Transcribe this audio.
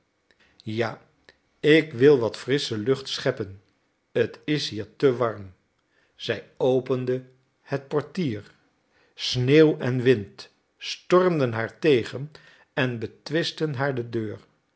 ja ik wil wat frissche lucht scheppen t is hier te warm zij opende het portier sneeuw en wind stormden haar tegen en betwisten haar de deur